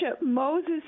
Moses